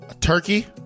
turkey